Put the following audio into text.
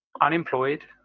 unemployed